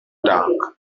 dark